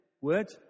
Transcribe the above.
word